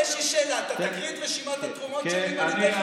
יש לי שאלה: אתה תקריא את רשימת התרומות שלי אם אני אתן לך אותה?